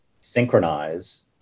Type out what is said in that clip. synchronize